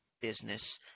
business